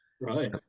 right